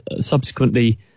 subsequently